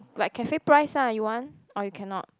like cafe price ah you want or you cannot